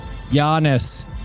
Giannis